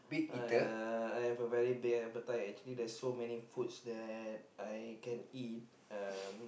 uh I have a very big appetite actually there's so many foods that I can eat uh